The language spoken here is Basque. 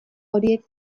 horiek